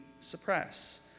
suppress